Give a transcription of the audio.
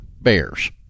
bears